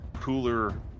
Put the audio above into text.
cooler